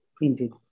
indeed